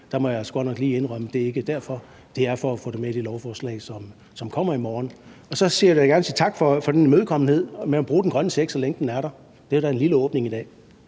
nok lige indrømme: Det er ikke derfor. Det er for at få det med i det lovforslag, som kommer i morgen. Og så vil jeg da gerne sige tak for den imødekommenhed over for at bruge den grønne check, så længe den er der. Det er da en lille åbning i dag.